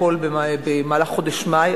הכול במהלך חודש מאי,